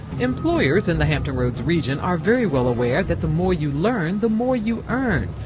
employers in the hampton roads region are very well aware that the more you learn, the more you earn.